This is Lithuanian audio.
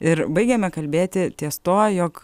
ir baigėme kalbėti ties tuo jog